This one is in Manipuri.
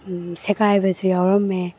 ꯁꯦꯒꯥꯏꯕꯁꯨ ꯌꯥꯎꯔꯝꯃꯦ